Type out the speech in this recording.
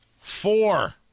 Four